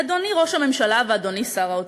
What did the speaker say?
אדוני ראש הממשלה ואדוני שר האוצר,